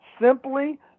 Simply